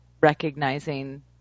recognizing